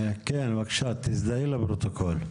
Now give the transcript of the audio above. כן בבקשה, תזדהי לפרוטוקול.